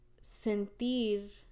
sentir